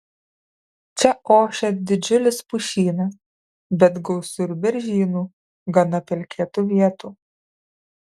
čia ošia didžiulis pušynas bet gausu ir beržynų gana pelkėtų vietų